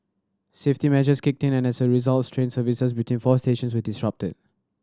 safety measures kicked in and as a result train services between four stations were disrupted